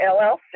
LLC